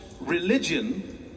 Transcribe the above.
religion